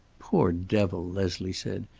poor devil! leslie said.